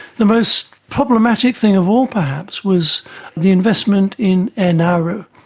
the most problematic thing of all perhaps was the investment in air nauru.